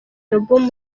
album